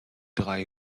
drei